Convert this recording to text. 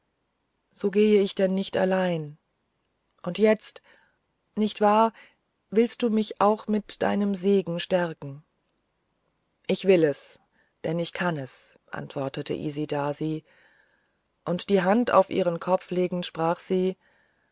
so gehe ich denn nicht allein und jetzt nicht wahr willst du mich auch mit deinem segen stärken ich will es denn ich kann es antwortete isidasi und die hand auf ihren kopf legend sprach sie